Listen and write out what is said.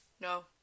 No